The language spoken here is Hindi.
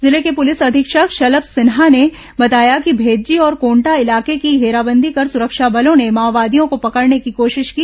जिले के पुलिस अधीक्षक शलम सिन्हा ने बताया कि भेज्जी और कोंटा इलाके की घेराबंदी कर सुरक्षा बलों ने माओवादियों केो पकड़ने की कोशिश की